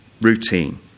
routine